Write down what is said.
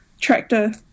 tractor